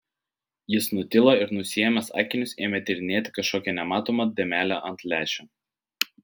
jis nutilo ir nusiėmęs akinius ėmė tyrinėti kažkokią nematomą dėmelę ant lęšio